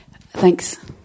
Thanks